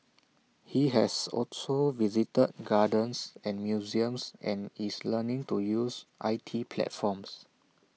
he has also visited gardens and museums and is learning to use I T platforms